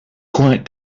quiet